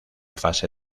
fase